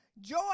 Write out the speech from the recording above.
Joy